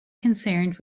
concerned